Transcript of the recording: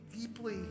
deeply